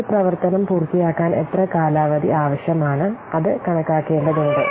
ഒരു പ്രവർത്തനം പൂർത്തിയാക്കാൻ എത്ര കാലാവധി ആവശ്യമാണ് അത് കണക്കാക്കേണ്ടതുണ്ട്